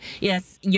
Yes